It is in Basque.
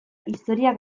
historia